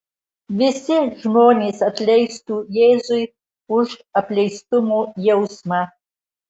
visi žmonės atleistų jėzui už apleistumo jausmą